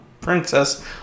princess